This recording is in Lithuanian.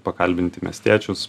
pakalbinti miestiečius